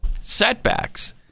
setbacks